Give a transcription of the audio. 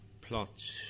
plot